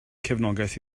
cefnogaeth